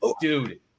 dude